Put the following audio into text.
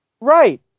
Right